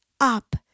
up